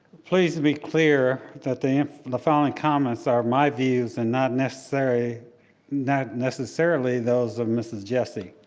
please be clear that the um the following comments are my views and not necessarily not necessarily those of mrs. jessie.